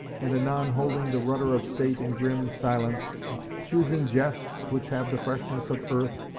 and anon holding the rudder of state in grim silence choosing jests which have the freshness of earth,